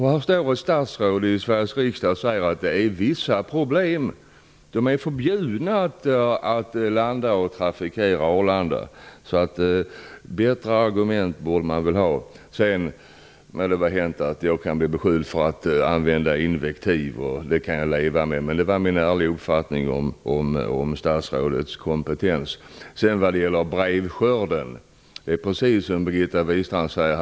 Här står ett statsråd i Sveriges riksdag och säger att det finns vissa problem. De är förbjudna att trafikera och landa på Arlanda. Man borde nog ha bättre argument än detta. Det må vara hänt att jag blir beskylld för att använda invektiv. Det kan jag leva med, men det var min ärliga uppfattning om statsrådets kompetens. När det gäller brevskörden är det precis som Birgitta Wistrand säger.